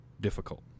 difficult